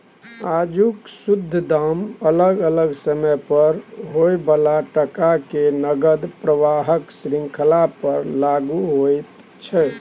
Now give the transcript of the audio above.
आजुक शुद्ध दाम अलग अलग समय पर होइ बला टका के नकद प्रवाहक श्रृंखला पर लागु होइत छै